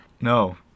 No